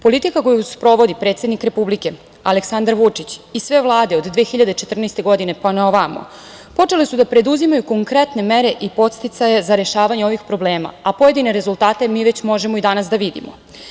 Politika koju sprovodi predsednik Republike Aleksandar Vučić i sve vlade od 2014. godine pa na ovamo, počele su da preduzimaju konkretne mere i podsticaje za rešavanje ovih problema, a pojedine rezultate mi već možemo i danas da vidimo.